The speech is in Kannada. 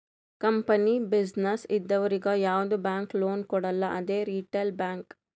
ಕಂಪನಿ, ಬಿಸಿನ್ನೆಸ್ ಇದ್ದವರಿಗ್ ಯಾವ್ದು ಬ್ಯಾಂಕ್ ಲೋನ್ ಕೊಡಲ್ಲ ಅದೇ ರಿಟೇಲ್ ಬ್ಯಾಂಕ್